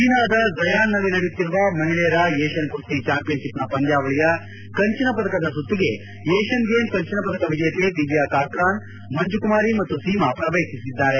ಚೀನಾದ ಝಿಯಾನ್ನಲ್ಲಿ ನಡೆಯುತ್ತಿರುವ ಮಹಿಳೆಯರ ಏಷ್ಲನ್ ಕುಸ್ತಿ ಚಾಂಪಿಯನ್ ಶಿಪ್ನ ಪಂದ್ಲಾವಳಿಯ ಕಂಚಿನ ಪದಕದ ಸುತ್ತಿಗೆ ಏಷ್ಟನ್ ಗೇಮ್ ಕಂಚಿನ ಪದಕ ವಿಜೇತೆ ದಿವ್ಡಾ ಕಕ್ರಾನ್ ಮಂಜುಕುಮಾರಿ ಮತ್ತು ಸೀಮಾ ಪ್ರವೇಶಿಸಿದ್ದಾರೆ